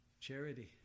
Charity